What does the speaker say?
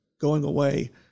going-away